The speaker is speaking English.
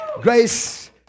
Grace